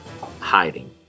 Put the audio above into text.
hiding